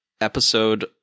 episode